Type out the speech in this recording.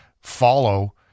follow